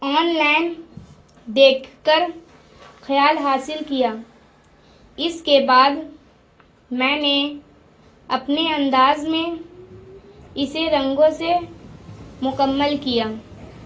on line دیکھ کر خیال حاصل کیا اس کے بعد میں نے اپنے انداز میں اسے رنگوں سے مکمل کیا